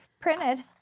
printed